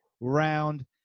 round